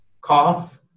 cough